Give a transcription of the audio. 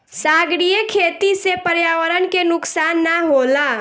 सागरीय खेती से पर्यावरण के नुकसान ना होला